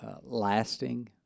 lasting